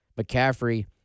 McCaffrey